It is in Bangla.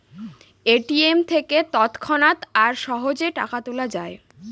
এ.টি.এম থেকে তৎক্ষণাৎ আর সহজে টাকা তোলা যায়